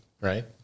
right